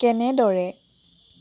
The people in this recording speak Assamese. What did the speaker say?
কেনেদৰে